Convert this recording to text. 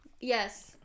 Yes